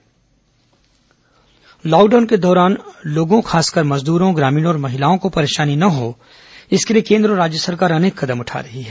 केन्द्र योजना हितग्राही लॉकडाउन के दौरान लोगों खासकर मजदूरों ग्रामीणों और महिलाओं को परेशानी न हो इसके लिए केन्द्र और राज्य सरकार अनेक कदम उठा रही हैं